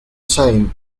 same